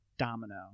domino